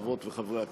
חברות וחברי הכנסת,